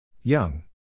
Young